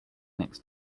next